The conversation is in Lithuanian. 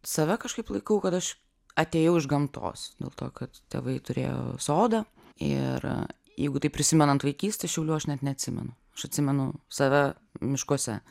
save kažkaip laikau kad aš atėjau iš gamtos dėl to kad tėvai turėjo sodą ir jeigu taip prisimenant vaikystę šiaulių aš net neatsimenu aš atsimenu save miškuose